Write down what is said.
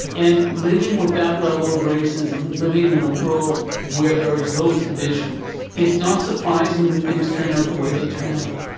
and living with that level of racism and living in a world where there is those divisions, it's not surprising that things turn out the way they turn out.